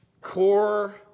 core